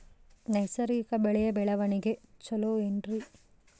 ನೈಸರ್ಗಿಕ ಬೆಳೆಯ ಬೆಳವಣಿಗೆ ಚೊಲೊ ಏನ್ರಿ?